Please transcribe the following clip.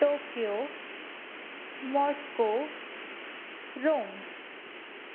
Tokyo Moscow Rome